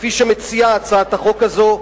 כפי שמציעה הצעת החוק הזאת: